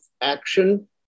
action